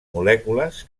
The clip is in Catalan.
molècules